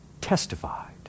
testified